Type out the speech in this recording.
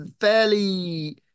fairly